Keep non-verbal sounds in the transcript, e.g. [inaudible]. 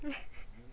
[laughs]